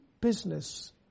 business